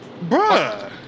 Bruh